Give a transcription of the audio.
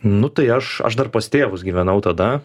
nu tai aš aš dar pas tėvus gyvenau tada